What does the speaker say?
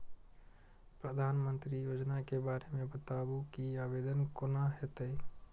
प्रधानमंत्री योजना के बारे मे बताबु की आवेदन कोना हेतै?